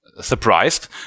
surprised